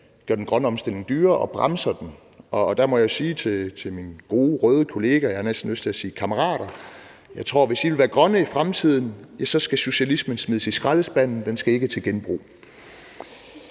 gør den grønne omstilling dyrere og bremser den. Der må jeg sige til mine gode røde kollegaer – jeg har næsten lyst til at sige kammerater – at jeg tror, at hvis I vil være grønne i fremtiden, så skal socialismen smides i skraldespanden; den skal ikke til genbrug.